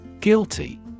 Guilty